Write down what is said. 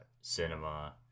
cinema